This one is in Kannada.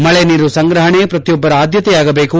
ಮಳೆ ನೀರು ಸಂಗ್ರಹಣೆ ಪ್ರತಿಯೊಬ್ಲರ ಆದ್ಲತೆಯಾಗಬೇಕು